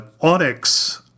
Onyx